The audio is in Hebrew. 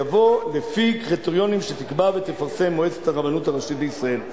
יבוא 'לפי קריטריונים שתקבע ותפרסם מועצת הרבנות הראשית לישראל',